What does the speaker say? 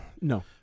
No